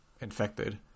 infected